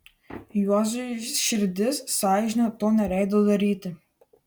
juozui širdis sąžinė to neleido daryti